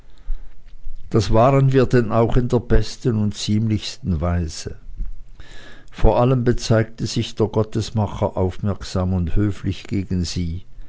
das waren wir denn auch in der besten und ziemlichsten weise vor allen bezeigte sich der gottesmacher aufmerksam und höflich gegen sie